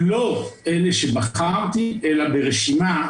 לא אלה שבחרתי אלא מתוך רשימה,